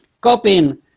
copying